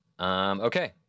Okay